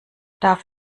darf